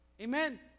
Amen